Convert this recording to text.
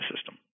system